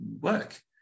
work